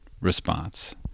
response